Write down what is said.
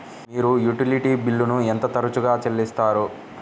మీరు యుటిలిటీ బిల్లులను ఎంత తరచుగా చెల్లిస్తారు?